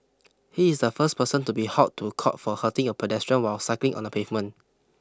he is the first person to be hauled to court for hurting a pedestrian while cycling on the pavement